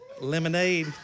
Lemonade